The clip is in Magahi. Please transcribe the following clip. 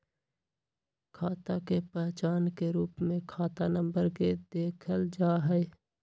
खाता के पहचान के रूप में खाता नम्बर के देखल जा हई